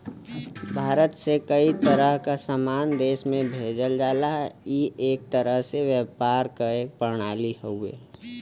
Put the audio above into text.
भारत से कई तरह क सामान देश में भेजल जाला ई एक तरह से व्यापार क एक प्रणाली हउवे